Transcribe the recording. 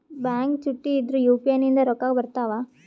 Bank ಚುಟ್ಟಿ ಇದ್ರೂ UPI ನಿಂದ ರೊಕ್ಕ ಬರ್ತಾವಾ?